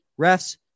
refs